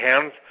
hands